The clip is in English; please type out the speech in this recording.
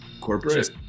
corporate